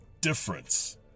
difference